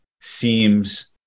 seems